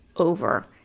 over